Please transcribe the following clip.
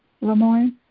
Lemoyne